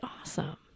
awesome